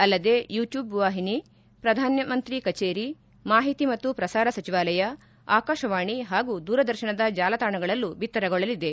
ಅಲ್ಲದೆ YouTube ವಾಹಿನಿ ಪ್ರಧಾನಮಂತ್ರಿ ಕಛೇರಿ ಮಾಹಿತಿ ಮತ್ತು ಪ್ರಸಾರ ಸಚಿವಾಲಯ ಆಕಾಶವಾಣೆ ಹಾಗೂ ದೂರದರ್ಶನದ ಜಾಲತಾಣಗಳಲ್ಲೂ ಬಿತ್ತರಗೊಳ್ಳಲಿದೆ